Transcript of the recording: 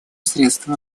средством